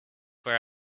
where